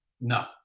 No